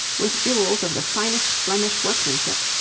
with jewels of the finest flemish workmanship,